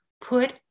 put